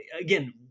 again